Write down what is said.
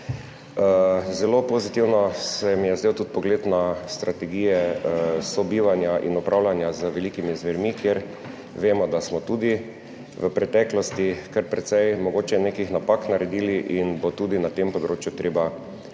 Zelo pozitivno se mi je zdel tudi pogled na strategije sobivanja in upravljanja z velikimi zvermi, kjer vemo, da smo tudi v preteklosti kar precej mogoče nekih napak naredili in bo tudi na tem področju treba postati